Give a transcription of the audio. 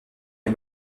les